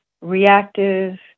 reactive